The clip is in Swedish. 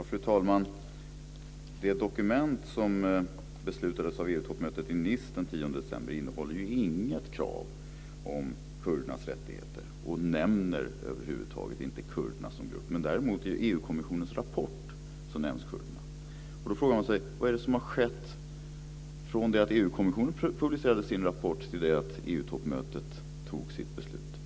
Fru talman! Det dokument man beslutade om vid EU-toppmötet i Nice den 10 december innehåller inget krav om kurdernas rättigheter. Det nämner över huvud taget inte kurderna som grupp. I EU kommissionens rapport däremot nämns kurderna. Då frågar man sig: Vad är det som har skett från det att EU-kommissionen publicerade sin rapport till det att EU-toppmötet fattade sitt beslut?